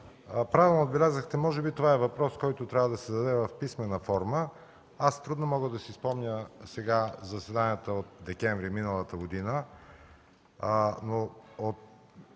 Правилно отбелязахте – може би това е въпрос, който трябва да се даде в писмена форма. Аз трудно мога да си спомня сега заседанията от месец декември миналата година,